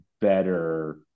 better